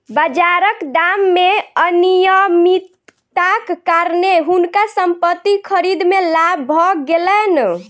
बाजारक दाम मे अनियमितताक कारणेँ हुनका संपत्ति खरीद मे लाभ भ गेलैन